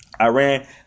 Iran